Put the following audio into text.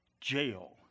jail